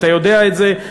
אתה יודע את זה.